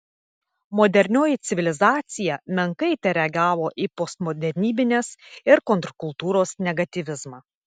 modernioji civilizacija menkai tereagavo į postmodernybės ir kontrkultūros negatyvizmą